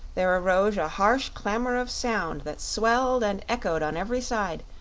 there arose a harsh clamor of sound that swelled and echoed on every side,